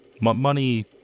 money